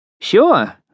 Sure